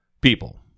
people